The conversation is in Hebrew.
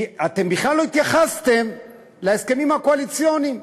כי אתם בכלל לא התייחסתם להסכמים הקואליציוניים.